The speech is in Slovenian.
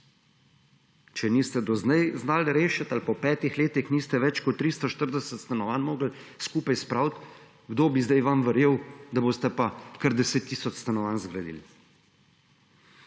Če niste do sedaj znali rešiti ali po petih letih niste več kot 340 stanovanj zmogli skupaj spraviti, kdo bi sedaj vam verjel, da boste pa kar 10 tisoč stanovanj zgradili?